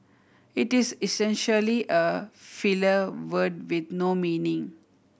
it is essentially a filler word with no meaning